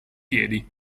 piedi